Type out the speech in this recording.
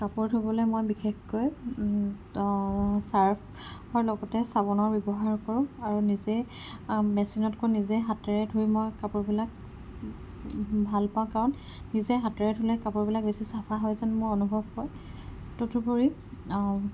কাপোৰ ধুবলৈ মই বিশেষকৈ চাৰ্ফৰ লগতে চাবোনৰো ব্যৱহাৰ কৰোঁ আৰু নিজে মেচিনতকৈ নিজে হাতেৰে ধুই মই কাপোৰবিলাক ভাল পাওঁ কাৰণ নিজে হাতেৰে ধুলে কাপোৰবিলাক বেছি চাফা হয় যেন মোৰ অনুভৱ হয় তদুপৰি